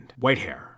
Whitehair